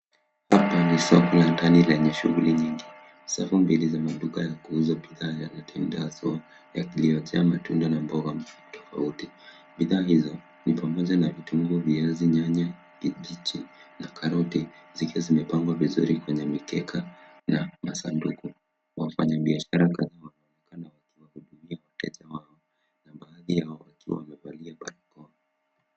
Hapa ni soko la ndani lenye shughuli nyingi . Safu mbili za maduka ya kuuza bidhaa haswa ya kilimo kimejaa matunda na mboga tofauti. Bidhaa hizo ni pamoja na vitunguu , viazi, nyanya, kabechi , na karoti zikiwa zimepangwa vizuri kwenye mikeka na masanduku. Wafanyabiashara kadhaa wanaonekana wakiwahudumia wateja wao, na baadhi yao wakiwa wamevalia barakoa.